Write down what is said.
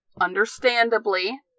understandably